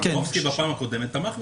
בפעם הקודמת.